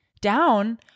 down